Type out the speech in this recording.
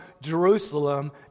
Jerusalem